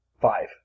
Five